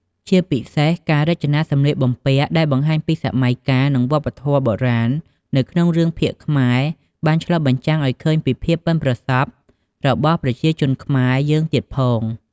ជាពិសេសការរចនាសម្លៀកបំពាក់ដែលបង្ហាញពីសម័យកាល និងវប្បធម៌បុរាណនៅក្នុងរឿងភាគខ្មែរបានឆ្លុះបញ្ចាំងអោយឃើញពីភាពបុិនប្រសប់របស់ប្រជាជនខ្មែរយើងទៀតផង ។